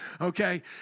okay